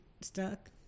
stuck